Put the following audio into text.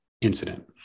incident